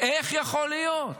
איך יכול להיות?